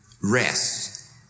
rest